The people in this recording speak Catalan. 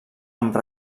amb